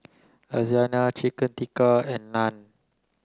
Lasagne Chicken Tikka and Naan